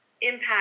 impact